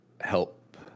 help